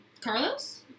Carlos